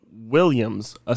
Williams